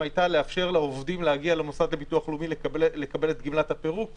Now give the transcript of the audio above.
הייתה לאפשר לעובדים להגיע למוסד לביטוח לאומי ולקבל את גמלת הפירוק.